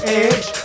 edge